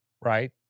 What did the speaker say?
right